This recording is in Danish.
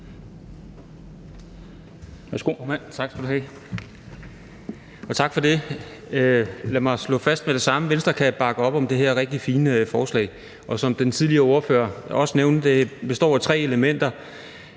Tak for det. Lad mig slå fast med det samme, at Venstre kan bakke op om det her rigtig fine forslag. Og som den tidligere ordfører også nævnte, består det af tre elementer.